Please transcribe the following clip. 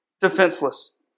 defenseless